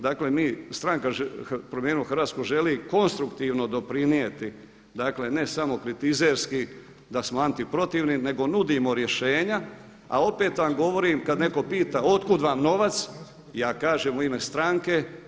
Dakle, mi stranka Promijenimo Hrvatsku želi konstruktivno doprinijeti ne samo kritizerski da smo antiprotivni nego nudimo rješenja, a opet vam govorim kada netko pita od kud vam novac, ja kažem u ime stranke.